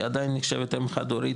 היא עדיין נחשבת אם חד-הורית,